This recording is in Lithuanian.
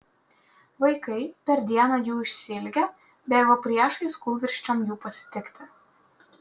vaikai per dieną jų išsiilgę bėgo priešais kūlvirsčiom jų pasitikti